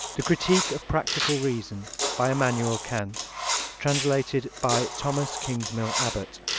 the critique of practical reason by immanuel kant translated by thomas kingsmill abbott